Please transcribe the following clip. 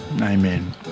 Amen